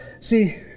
See